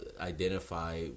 identify